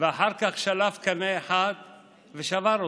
ואחר כך שלף קנה אחד ושבר אותו,